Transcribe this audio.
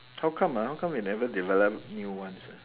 how come ah how come they never develop new ones ah